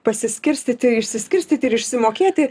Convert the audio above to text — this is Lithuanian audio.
pasiskirstyti išsiskirstyti ir išsimokėti